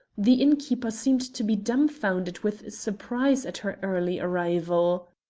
the innkeeper seemed to be dumbfounded with surprise at her early arrival.